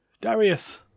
Darius